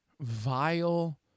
vile